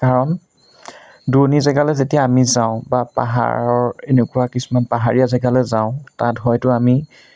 কাৰণ দূৰণি জেগালৈ যেতিয়া আমি যাওঁ বা পাহাৰৰ এনেকুৱা কিছুমান পাহাৰীয়া জেগালৈ যাওঁ তাত হয়তো আমি